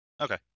Okay